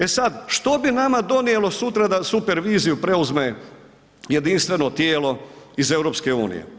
E sad, što bi nama donijelo da superviziju preuzme jedinstveno tijelo iz EU?